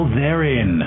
therein